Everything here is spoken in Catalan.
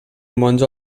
monjo